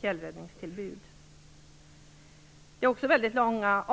fjällräddningstillbud. Avstånden är också väldigt långa.